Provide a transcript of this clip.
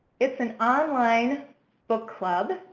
it's an online book club,